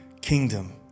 kingdom